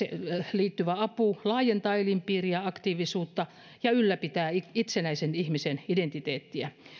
liittyvä apu laajentaa elinpiiriä ja aktiivisuutta ja ylläpitää itsenäisen ihmisen identiteettiä